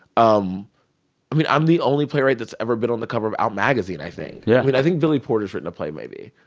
um i mean, i'm the only playwright that's ever been on the cover of out magazine, i think yeah i mean, i think billy porter's written a play, maybe.